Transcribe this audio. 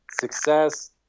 success